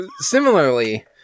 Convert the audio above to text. similarly